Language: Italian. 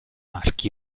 archi